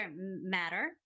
matter